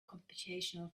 computational